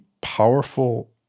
powerful